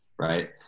right